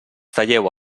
talleu